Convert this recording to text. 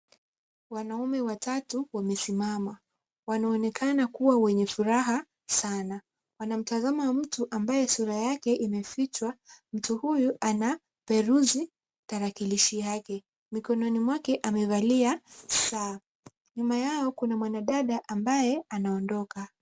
Wanaume watatu wamesimama. Wanaonekana kuwa wenye furaha sana. Wanamtazama mtu ambaye sura yake imefichwa. Mtu huyu anaperuzi tarakilishi yake. Mikononi mwake amevalia saa. Nyuma yao kuna mwanadada ambaye anaondoka.